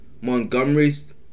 Montgomery's